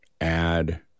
add